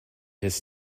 his